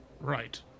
Right